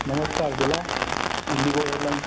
नमस्कार बोला IndiGo airlines